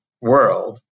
world